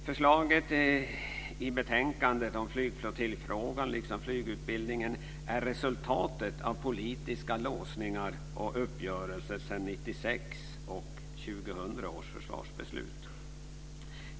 Förslaget i betänkandet om flygflottiljfrågan liksom flygutbildningen är resultatet av politiska låsningar och uppgörelser sedan 1996 och 2000 års försvarsbeslut.